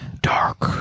dark